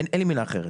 אין לי מילה אחרת.